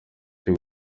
cyo